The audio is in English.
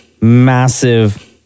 massive